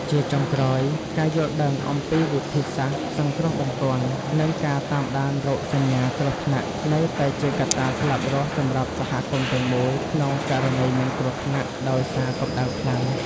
ជាចុងក្រោយ ការយល់ដឹងអំពីវិធីសាស្ត្រសង្គ្រោះបន្ទាន់ និងការតាមដានរោគសញ្ញាគ្រោះថ្នាក់ នៅតែជាកត្តាស្លាប់រស់សម្រាប់សហគមន៍ទាំងមូល ក្នុងករណីមានគ្រោះថ្នាក់ដោយសារកម្ដៅខ្លាំង។